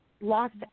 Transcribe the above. lost